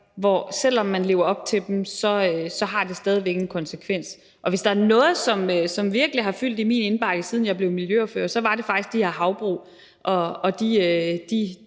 det, selv om man lever op til dem, stadig væk har en konsekvens, og hvis der er noget, som virkelig har fyldt i min indbakke, siden jeg blev miljøordfører, er det faktisk de her havbrug og de